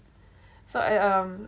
so I um